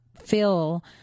fill